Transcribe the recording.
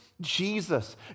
Jesus